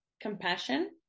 compassion